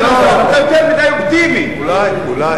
אולי.